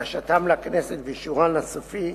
הגשתן לכנסת ואישורן הסופי,